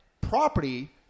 property